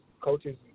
coaches